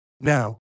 Now